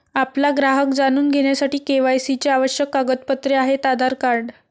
आपला ग्राहक जाणून घेण्यासाठी के.वाय.सी चे आवश्यक कागदपत्रे आहेत आधार कार्ड